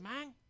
man